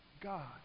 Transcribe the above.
God